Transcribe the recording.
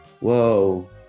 Whoa